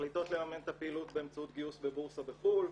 מחליטות לממן את הפעילות באמצעות גיוס בבורסה בחו"ל,